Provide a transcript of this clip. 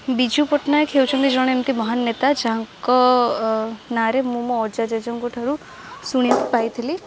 ବିଜୁ ପଟ୍ଟନାୟକ ହେଉଛନ୍ତି ଜଣେ ଏମିତି ମହାନ ନେତା ଯାହାଙ୍କ ଅ ନାଁରେ ମୁଁ ମୋ ଅଜା ଜେଜେଙ୍କଠାରୁ ଶୁଣିବାକୁ ପାଇଥିଲି